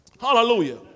Hallelujah